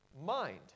mind